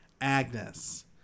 Agnes